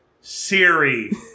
Siri